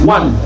One